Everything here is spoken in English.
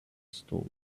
stones